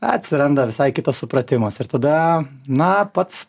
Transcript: atsiranda visai kitas supratimas ir tada na pats